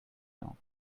know